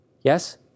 Yes